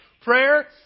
prayer